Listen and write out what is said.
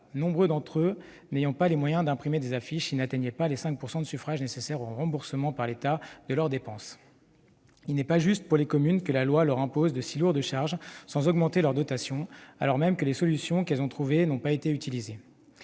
nombre d'entre eux n'ayant pas les moyens d'imprimer des affiches s'ils n'atteignaient pas les 5 % de suffrages nécessaires au remboursement par l'État de leurs dépenses. Il n'est pas juste pour les communes que la loi leur impose de si lourdes charges sans augmenter leur dotation, alors même que les solutions qu'elles ont trouvées n'ont pas été utilisées.